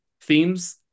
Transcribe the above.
themes